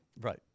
right